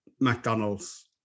McDonald's